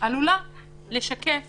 עלולה לשקף